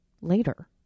later